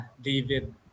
David